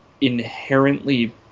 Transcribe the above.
inherently